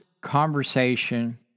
conversation